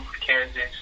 Kansas